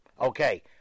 Okay